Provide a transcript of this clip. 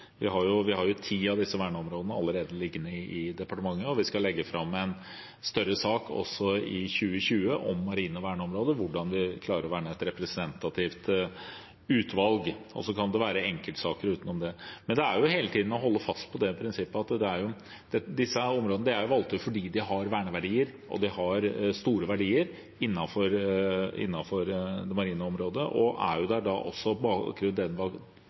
vi skal legge fram en større sak i 2020 om marine verneområder og hvordan man klarer å verne et representativt utvalg. Så kan det være enkeltsaker utenom det. Men vi må hele tiden holde fast på prinsippet at disse områdene er valgt ut fordi de har verneverdier, store verdier, innenfor det marine området. Bakgrunnen er at det har vært aktivitet der, men verdiene har vært ivaretatt. Begrensningene må ligge på det som truer verneverdiene – hvis man er